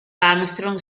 armstrong